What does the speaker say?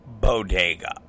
bodega